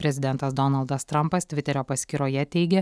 prezidentas donaldas trampas tviterio paskyroje teigė